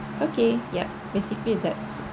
okay yup basically that's